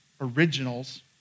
originals